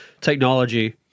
technology